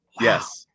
Yes